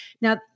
Now